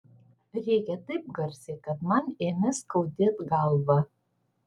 rėkė taip garsiai kad man ėmė skaudėt galvą